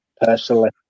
personally